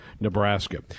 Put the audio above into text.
Nebraska